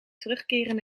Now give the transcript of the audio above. terugkeren